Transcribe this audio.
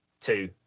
two